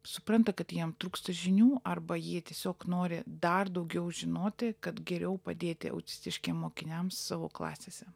supranta kad jiem trūksta žinių arba jie tiesiog nori dar daugiau žinoti kad geriau padėti autistiškiem mokiniam savo klasėse